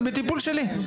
זה בטיפול שלי,